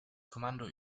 kommando